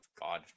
God